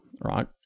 right